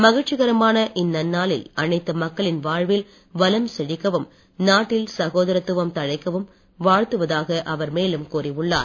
மகிழ்ச்சிகரமான இந்நன்னாளில் அனைத்து மக்களின் வாழ்வில் வளம் செழிக்கவும் நாட்டில் சகோதரத்துவம் தழைக்கவும் வாழ்த்துவதாக அவர் மேலும் கூறியுள்ளார்